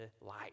life